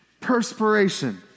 Perspiration